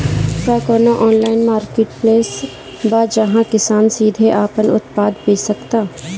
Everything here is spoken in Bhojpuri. का कोनो ऑनलाइन मार्केटप्लेस बा जहां किसान सीधे अपन उत्पाद बेच सकता?